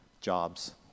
jobs